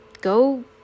go